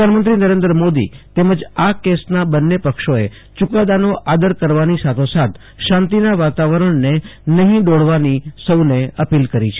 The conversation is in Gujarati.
પ્રધાનમંત્રી નરેન્દ્ર મોદી તેમજ આ કેસના બંન્ને પક્ષોએ યુ કાદાનો આદર કરવાની સાથો સાથ શાંતિના વાતાવરણને નહિ ડહોળવાની સૌને અપીલ કરી છે